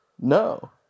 No